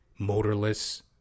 motorless